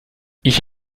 ich